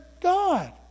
God